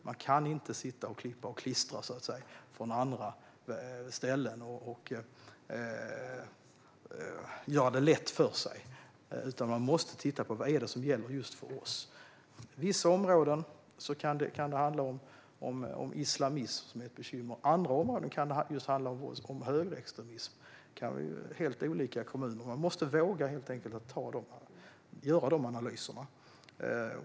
Man kan inte klippa och klistra från andra ställen och göra det lätt för sig, utan man måste titta på: Vad är det som gäller just för oss? I vissa områden kan det handla om att islamism är ett bekymmer. I andra områden kan det handla om högerextremism. Det kan vara helt olika i kommuner. Man måste helt enkelt våga göra de analyserna.